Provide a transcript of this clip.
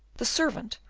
the servant,